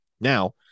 Now